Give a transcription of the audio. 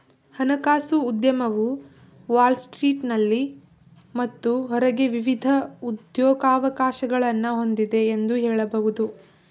ಹಣಕಾಸು ಉದ್ಯಮವು ವಾಲ್ ಸ್ಟ್ರೀಟ್ನಲ್ಲಿ ಮತ್ತು ಹೊರಗೆ ವಿವಿಧ ಉದ್ಯೋಗವಕಾಶಗಳನ್ನ ಹೊಂದಿದೆ ಎಂದು ಹೇಳಬಹುದು